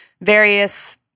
various